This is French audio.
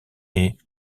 est